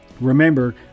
Remember